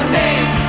name